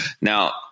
Now